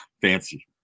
fancy